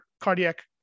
cardiac